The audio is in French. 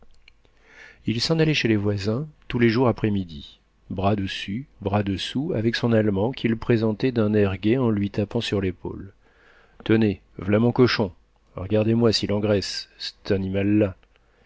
il s'en allait chez les voisins tous les jours après midi bras dessus bras dessous avec son allemand qu'il présentait d'un air gai en lui tapant sur l'épaule tenez v'là mon cochon rgardez moi s'il engraisse ctanimal là